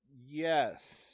Yes